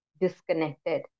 disconnected